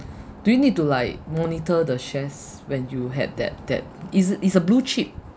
do you need to like monitor the shares when you had that that it's it's a blue chip